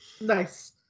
Nice